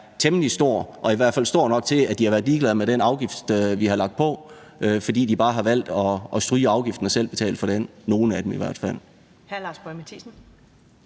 temmelig stor og i hvert fald stor nok til, at de har været ligeglade med den afgift, vi har lagt på, fordi de bare har valgt at stryge afgiften og selv betale den - nogle af dem i hvert fald.